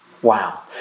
Wow